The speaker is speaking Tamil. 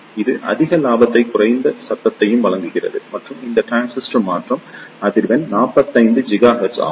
இது அதிக லாபத்தையும் குறைந்த சத்தத்தையும் வழங்குகிறது மற்றும் இந்த டிரான்சிஸ்டரின் மாற்றம் அதிர்வெண் 45 ஜிகாஹெர்ட்ஸ் ஆகும்